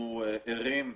אנחנו ערים,